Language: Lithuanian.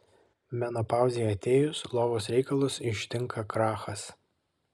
menopauzei atėjus lovos reikalus ištinka krachas